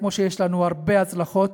כמו שיש לנו הרבה הצלחות.